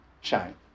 shine